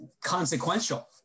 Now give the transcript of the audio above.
consequential